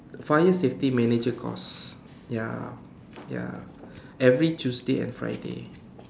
fire safety manager course ya ya every Tuesday and Friday